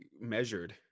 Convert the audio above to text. measured